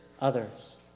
others